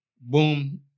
boom